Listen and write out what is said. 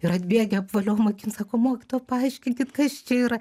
ir atbėgę apvaliom akim sako mokytoja paaiškinkit kas čia yra